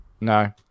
No